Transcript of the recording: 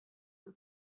que